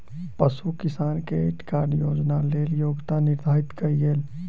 पशु किसान credit card योजनाक लेल योग्यता निर्धारित कयल गेल